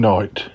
Night